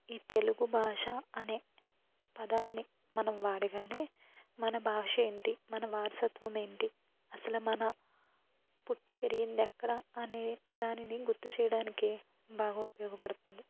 ఈ తెలుగు భాష అనే పదాన్ని మనం వాడగానే మన భాష ఏంటి మన వారసత్వం ఏంటి అసలు మన పుట్టి పెరిగింది ఎక్కడ అనే దానిని గుర్తు చేయడానికే బాగా ఉపయోగపడుతుంది